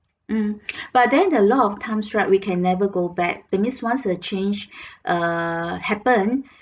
mm but then a lot of times right we can never go back that means once a change uh happen